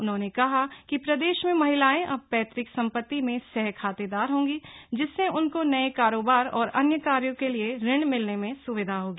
उन्होंने कहा कि प्रदेश में महिलायें अब पैतृक सम्पति में सह खातेदार होंगी जिससे उनको नये कारोबार और अन्य कार्यों के लिए ऋण मिलने सुविधा होगी